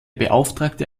beauftragte